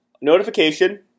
notification